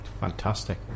fantastic